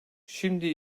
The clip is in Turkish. şimdi